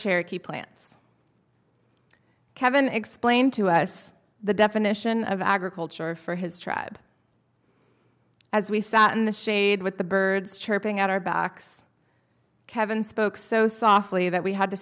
cherokee plants kevin explained to us the definition of agriculture for his tribe as we sat in the shade with the birds chirping at our backs kevin spoke so softly that we had t